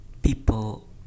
people